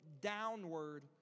downward